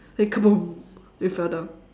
then kaboom then you fell down